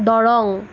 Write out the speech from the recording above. Darrang